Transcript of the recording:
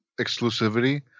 exclusivity